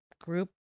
group